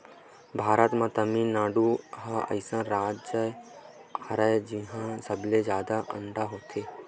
भारत म तमिलनाडु ह अइसन राज हरय जिंहा सबले जादा अंडा होथे